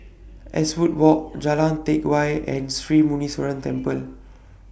Eastwood Walk Jalan Teck Whye and Sri Muneeswaran Temple